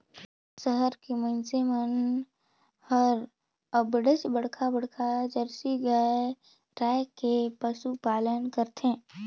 सहर के मइनसे मन हर अबड़ेच बड़खा बड़खा जरसी गाय रायख के पसुपालन करथे